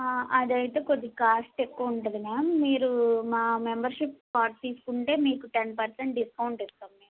అదైతే కొద్దిగా కాస్ట్ ఎక్కువ ఉంటుంది మ్యామ్ మీరు మా మెంబర్షిప్ కార్డ్ తీసుకుంటే మీకు టెన్ పర్సెంట్ డిస్కౌంట్ ఇస్తాం మేము